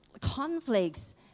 conflicts